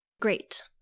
Great